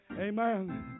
Amen